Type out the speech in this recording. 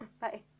Bye